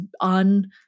on